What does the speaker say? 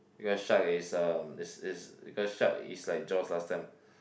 because shark is uh it's it's because shark is like Jaws last time